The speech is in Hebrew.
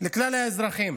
לכלל האזרחים.